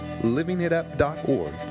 LivingItUp.org